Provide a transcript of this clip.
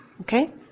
Okay